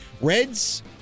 Reds